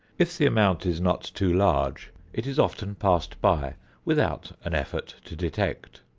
if the amount is not too large it is often passed by without an effort to detect.